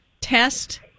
test